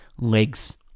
legs